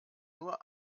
nur